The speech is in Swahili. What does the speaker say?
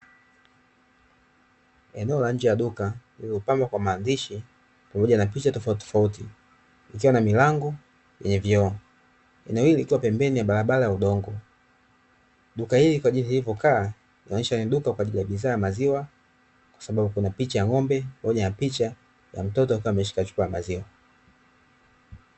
Eneo la nje ya duka lililopambwa kwa maandishi pamoja na picha tofautitofauti, likiwa na milango yenye vioo. Eneo hili likiwa pembeni ya barabara ya udongo. Duka hili kwa jinsi lilivyokaa, inaoyesha ni duka kwa ajili ya bidhaa ya maziwa, kwa sababu kuna picha ya ng'ombe pamoja na picha ya mtoto akiwa ameshika chupa ya maziwa.